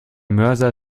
mörser